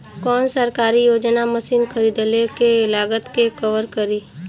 कौन सरकारी योजना मशीन खरीदले के लागत के कवर करीं?